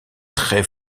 très